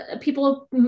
people